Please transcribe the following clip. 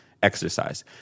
exercise